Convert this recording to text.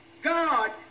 God